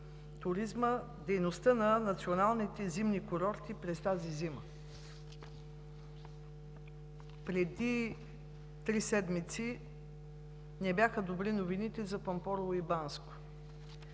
туризма, дейността на националните зимни курорти през тази зима. Преди три седмици не бяха добри новините за Пампорово и Банско.